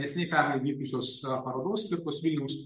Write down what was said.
neseniai pernai vykusios parodos skirtos vilniaus